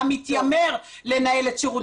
אתה מתיימר לנהל את שירות בתי הסוהר.